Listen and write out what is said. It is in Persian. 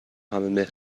همه